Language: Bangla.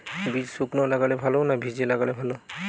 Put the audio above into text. বীজ শুকনো লাগালে ভালো না ভিজিয়ে লাগালে ভালো?